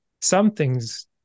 something's